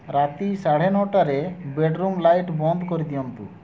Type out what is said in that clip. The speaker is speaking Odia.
ରାତି ସାଢ଼େ ନଅଟାରେ ବେଡ଼୍ ରୁମ୍ ଲାଇଟ୍ ବନ୍ଦ କରିଦିଅନ୍ତୁ